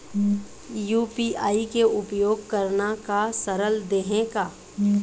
UPI के उपयोग करना का सरल देहें का?